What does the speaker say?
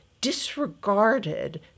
disregarded